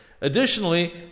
Additionally